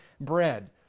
bread